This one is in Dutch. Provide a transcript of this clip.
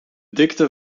dikte